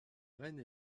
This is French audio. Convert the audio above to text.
rennes